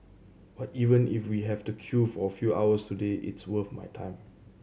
but even if we have to queue for a few hours today it's worth my time